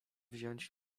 wziąć